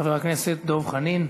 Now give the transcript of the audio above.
חבר הכנסת דב חנין,